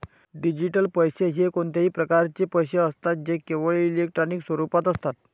digital पैसे हे कोणत्याही प्रकारचे पैसे असतात जे केवळ इलेक्ट्रॉनिक स्वरूपात असतात